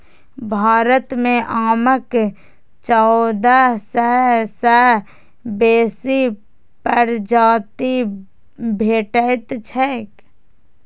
भारत मे आमक चौदह सय सं बेसी प्रजाति भेटैत छैक